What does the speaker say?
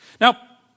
Now